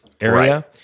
area